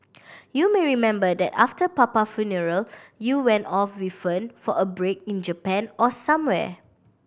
you may remember that after papa funeral you went off with Fern for a break in Japan or somewhere